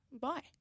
bye